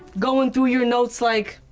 going through your notes like,